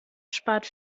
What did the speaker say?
spart